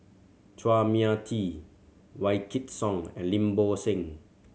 Chua Mia Tee Wykidd Song and Lim Bo Seng